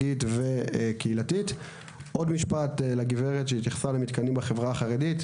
יש פתרון, עכשיו הולכים לבנות בווינגייט כזה.